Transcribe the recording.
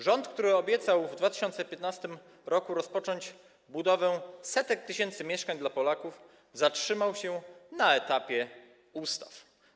Rząd, który obiecał w 2015 r. rozpocząć budowę setek tysięcy mieszkań dla Polaków, zatrzymał się na etapie ustaw.